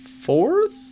fourth